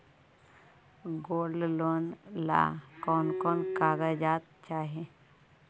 Gold loan ला कौन कौन कागजात चाही?